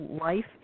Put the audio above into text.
life